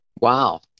Wow